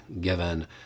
given